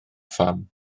pham